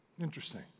interesting